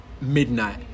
midnight